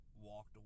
walked